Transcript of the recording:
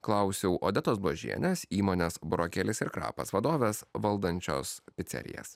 klausiau odetos bložienės įmonės burokėlis ir krapas vadovas valdančios picerijas